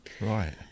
right